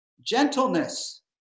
gentleness